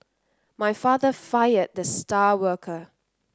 my father fired the star worker